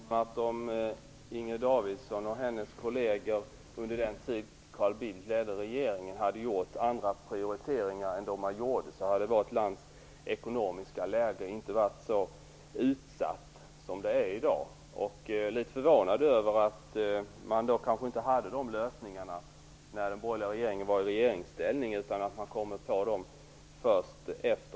Herr talman! Om Inger Davidson och hennes kolleger under den tid Carl Bildt ledde regeringen hade gjort andra prioriteringar än de man gjorde hade vårt lands ekonomiska läge inte varit så utsatt som det är i dag. Jag är litet förvånad över att de borgerliga partierna inte hade dessa lösningar när de var i regeringsställning utan att de kommer med dessa lösningar nu.